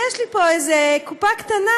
יש לי פה איזו קופה קטנה,